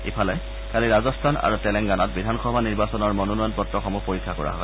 ইফালে কালি ৰাজস্থান আৰু তেলেংগানাত বিধানসভা নিৰ্বাচনৰ মনোনয়নপত্ৰসমূহ পৰীক্ষা কৰা হয়